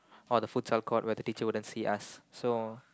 or the futsal court where the teacher where the teachers wouldn't see us so